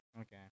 Okay